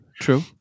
True